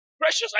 Precious